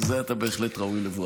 על זה אתה בהחלט ראוי לברכות.